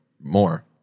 more